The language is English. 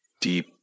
deep